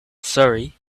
surrey